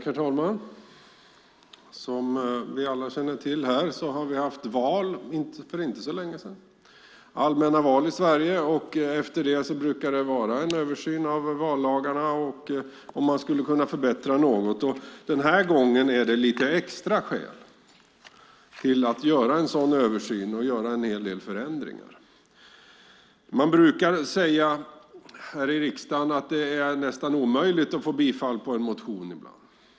Herr talman! Som vi alla känner till här har vi haft allmänna val i Sverige för inte så länge sedan. Efter det brukar det vara en översyn av vallagarna och om något skulle kunna förbättras. Den här gången finns det lite extra skäl att göra en sådan översyn och en hel del förändringar. Vi brukar säga här i riksdagen att det är nästan omöjligt att få bifall till en motion.